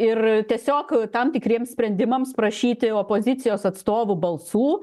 ir tiesiog tam tikriems sprendimams prašyti opozicijos atstovų balsų